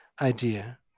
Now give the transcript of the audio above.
idea